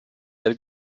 del